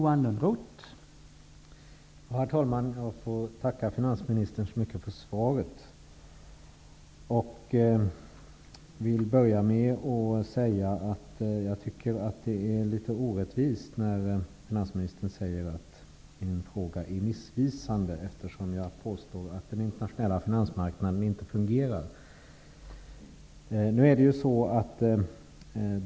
Herr talman! Jag får tacka finansministern så mycket för svaret. Jag tycker att det är litet orättvist av finansministern att säga att min fråga är missvisande, eftersom jag påstår att den internationella finansmarknaden inte fungerar.